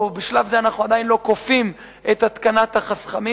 או בשלב זה אנחנו עדיין לא כופים את התקנת החסכמים.